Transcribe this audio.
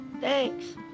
thanks